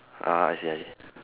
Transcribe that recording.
ah I see I see